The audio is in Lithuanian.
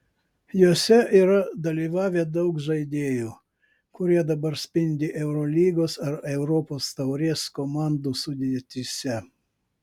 juose yra dalyvavę daug žaidėjų kurie dabar spindi eurolygos ar europos taurės komandų sudėtyse